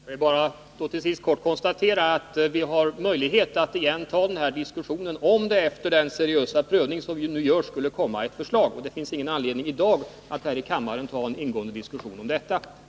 Herr talman! Jag vill bara till sist kort konstatera att vi har möjlighet att återigen ta upp den här diskussionen, om det efter den seriösa prövning som nu görs skulle komma ett förslag, och vi har ingen anledning att i dag här i kammaren föra en ingående diskussion om detta.